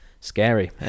scary